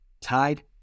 tied